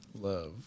love